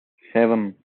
seven